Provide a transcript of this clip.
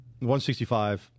165